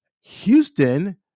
Houston